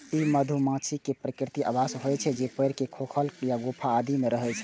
ई मधुमाछी के प्राकृतिक आवास होइ छै, जे पेड़ के खोखल या गुफा आदि मे रहै छै